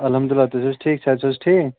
الحمدُللہ تُہۍ چھُو ٹھیٖک صحت چھُ حظ ٹھیٖک